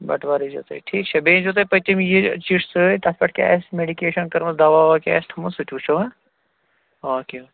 بَٹوار ییزیٚو تُہۍ ٹھیٖک چھا بیٚیہِ أنزیٚو تُہۍ پٔتِم یہِ چِٹھۍ سۭتۍ تَتھ پٮ۪ٹھ کیٛاہ آسہِ میڈِکیشَن کٔرمٕژ دوا وَوا کیٛاہ آسہِ تھوٚمُت سُہ تہِ وٕچھو او کے او کے